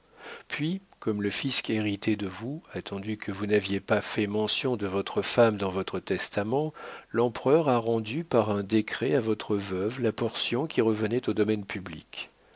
puis comme le fisc héritait de vous attendu que vous n'aviez pas fait mention de votre femme dans votre testament l'empereur a rendu par un décret à votre veuve la portion qui revenait au domaine public